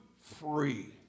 free